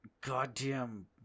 goddamn